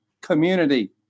Community